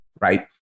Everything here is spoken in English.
right